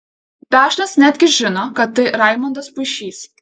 dažnas netgi žino kad tai raimondas puišys